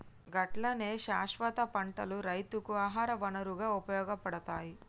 గట్లనే శాస్వత పంటలు రైతుకు ఆహార వనరుగా ఉపయోగపడతాయి